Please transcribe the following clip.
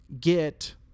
get